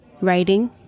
writing